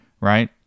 right